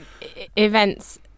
Events